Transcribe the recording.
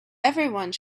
everyone